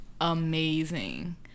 amazing